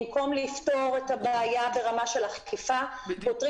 במקום לפתור את הבעיה ברמה של אכיפה פותרים